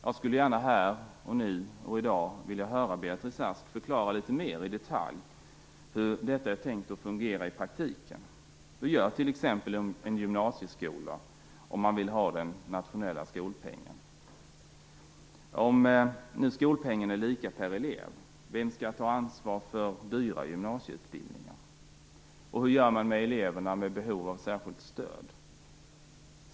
Jag skulle gärna här i dag vilja höra Beatrice Ask förklara litet mer i detalj hur det är tänkt att fungera i praktiken. Hur gör t.ex. en gymnasieskola som vill ha den nationella skolpengen? Vem skall ta ansvar för dyra gymnasieutbildningar, om nu skolpengen är lika för varje elev? Hur gör man med elever med behov av särskilt stöd?